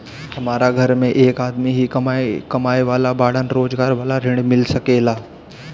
हमरा घर में एक आदमी ही कमाए वाला बाड़न रोजगार वाला ऋण मिल सके ला?